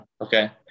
Okay